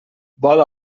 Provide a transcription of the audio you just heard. vol